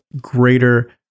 greater